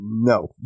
No